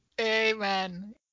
Amen